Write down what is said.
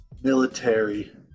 military